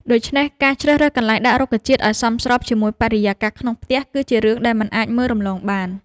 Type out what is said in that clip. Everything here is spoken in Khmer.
ដូច្នេះ ការជ្រើសរើសកន្លែងដាក់រុក្ខជាតិឲ្យសមស្របជាមួយបរិយាកាសក្នុងផ្ទះ គឺជារឿងដែលមិនអាចមើលរំលងបាន។